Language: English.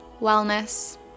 wellness